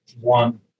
one